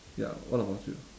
ya what about you